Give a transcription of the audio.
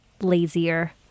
lazier